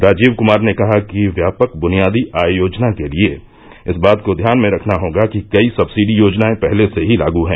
राजीव कुमार ने कहा कि व्यापक बुनियादी आय योजना के लिए इस बात को ध्यान में रखना होगा कि कई सब्सिडी योजनाए पहले से ही लागू हैं